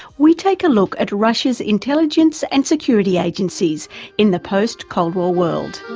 we take a look at russia's intelligence and security agencies in the post cold war world.